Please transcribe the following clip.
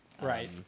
Right